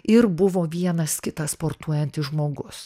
ir buvo vienas kitas sportuojantis žmogus